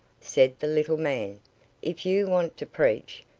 said the little man if you want to preach,